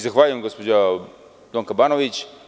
Zahvaljujem, gospođo Donka Banović.